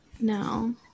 No